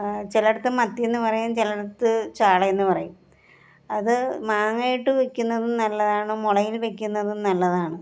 ചിലയിടത്ത് മത്തി എന്ന് പറയും ചിലയിടത്ത് ചാള എന്ന് പറയും അത് മാങ്ങയിട്ട് വെയ്ക്കുന്നത് നല്ലതാണ് മുളകിൽ വെയ്ക്കുന്നത് നല്ലതാണ്